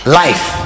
life